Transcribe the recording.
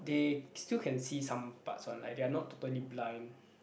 they still can see some parts one like they are not totally blind